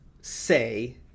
say